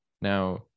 now